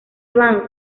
van